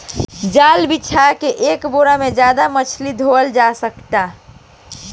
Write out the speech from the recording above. जाल बिछा के एके बेरा में ज्यादे मछली धईल जा सकता